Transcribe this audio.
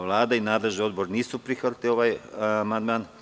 Vlada i nadležni odbor nisu prihvatili ovaj amandman.